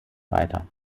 weiter